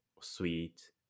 sweet